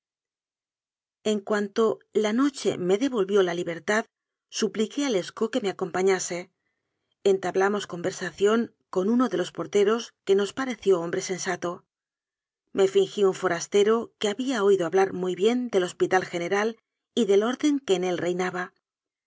en cuanto la noche me devolvió la libertad su pliqué a lescaut que me acompañase entablamos conversación con uno de los porteros que nos pa reció hombre sensato me fingí un forastero que había oído hablar muy bien del hospital general y del orden que en él reinaba